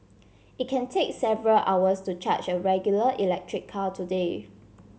it can take several hours to charge a regular electric car today